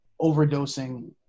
overdosing